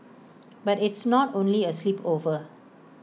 but it's not only A sleepover